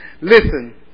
listen